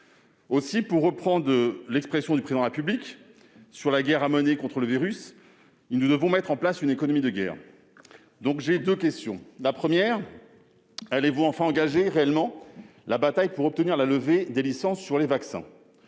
Aussi, pour reprendre l'expression du Président de la République s'agissant de la guerre à mener contre le virus, nous devons mettre en place une « économie de guerre ». Monsieur le ministre, j'ai donc deux questions. Tout d'abord, allez-vous engager réellement la bataille pour obtenir la levée des licences sur les vaccins ?